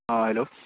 ہاں ہلو